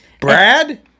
Brad